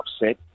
upset